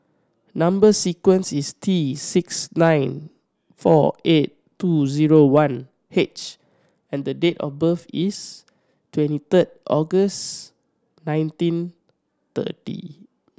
number sequence is T six nine four eight two zero one H and the date of birth is twenty third August nineteen thirty